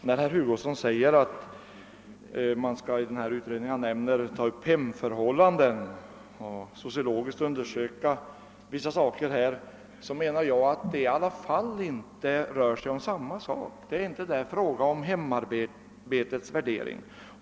Herr talman! Med anledning av att herr Hugosson framhåller att utredningen skall ta upp hemförhållanden och sociologiskt undersöka vissa saker i det sammanhanget vill jag säga att det i alla fall inte rör sig om samma sak. Det är inte där fråga om hemarbetets värdering.